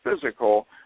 physical